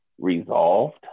resolved